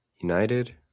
United